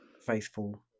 faithful